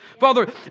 Father